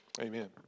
Amen